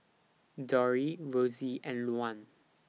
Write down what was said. Dori Rossie and Luann